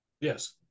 Yes